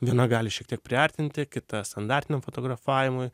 viena gali šiek tiek priartinti kita standartiniam fotografavimui